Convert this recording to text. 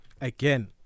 again